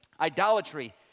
Idolatry